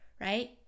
right